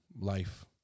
life